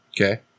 Okay